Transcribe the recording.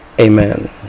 amen